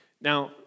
Now